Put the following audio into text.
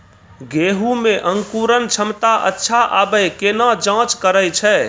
गेहूँ मे अंकुरन क्षमता अच्छा आबे केना जाँच करैय छै?